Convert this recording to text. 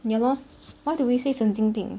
ya lor why do we say 神经病